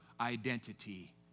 identity